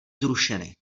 zrušeny